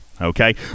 okay